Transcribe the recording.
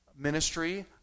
Ministry